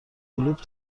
کلوپ